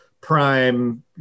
prime